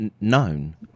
known